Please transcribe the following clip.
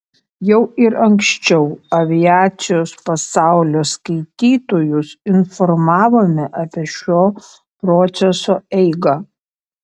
jau ir anksčiau aviacijos pasaulio skaitytojus informavome apie šio proceso eigą